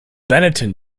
benetton